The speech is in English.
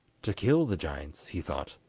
to kill the giants, he thought,